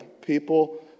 people